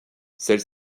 celle